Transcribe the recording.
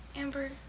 Amber